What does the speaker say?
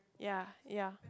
ya ya